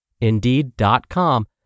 Indeed.com